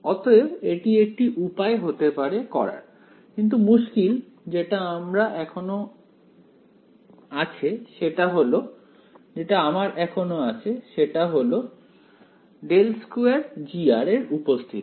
অতএব এটি একটি উপায় হতে পারে করার কিন্তু মুশকিল যেটা আমার এখনো আছে সেটা হল ∇2G এর উপস্থিতি